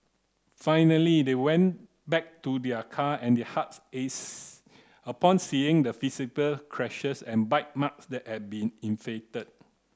finally they went back to their car and their hearts upon seeing the visible scratches and bite marks that had been inflicted